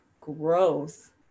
growth